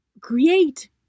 create